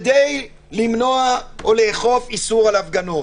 וזאת כדי למנוע או לאכוף איסור על הפגנות.